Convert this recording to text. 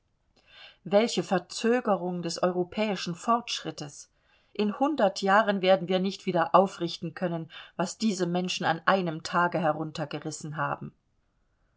welche verzögerung des europäischen fortschrittes in hundert jahren werden wir nicht wieder aufrichten können was diese menschen an einem tage heruntergerissen haben